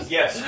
Yes